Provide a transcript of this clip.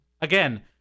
again